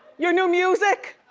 your new music?